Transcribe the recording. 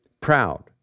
proud